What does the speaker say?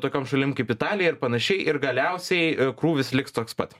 tokiom šalim kaip italija ir panašiai ir galiausiai krūvis liks toks pat